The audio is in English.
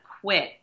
quit